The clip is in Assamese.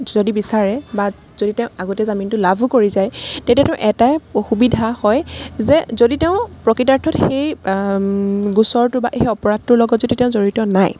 যদি বিচাৰে বা যদি তেওঁ আগতীয়া জামিনটো লাভো কৰি যায় তেতিয়াটো এটাই সুবিধা হয় যে যদি তেওঁ প্ৰকৃতাৰ্থত সেই গোচৰটো বা সেই অপৰাধটোৰ লগত যদি তেওঁ জড়িত নাই